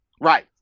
Right